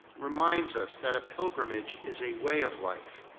reminds us that a pilgrimage is a way of life,